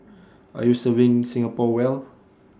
are you serving Singapore well